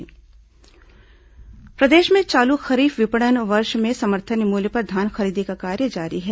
धान खरीदी प्रदेश में चालू खरीफ विपणन वर्ष में समर्थन मूल्य पर धान खरीदी का कार्य जारी है